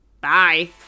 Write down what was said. bye